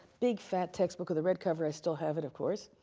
big fat textbook with a red cover. i still have it, of course.